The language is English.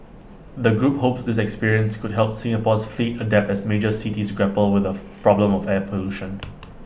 the group hopes this experience could help Singapore's fleet adapt as major cities grapple with the problem of air pollution